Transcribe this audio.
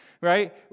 right